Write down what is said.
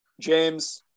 James